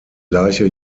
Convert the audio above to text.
leiche